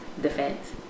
defense